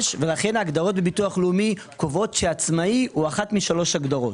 ולכן ההגדרות בביטוח לאומי קובעות שעצמאי הוא אחת משלוש הגדרות,